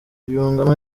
yungamo